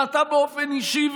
ואתה באופן אישי,